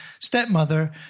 stepmother